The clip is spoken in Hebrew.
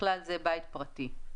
ובכלל זה בית פרטי,